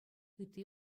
ытти